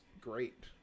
great